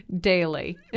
Daily